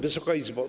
Wysoka Izbo!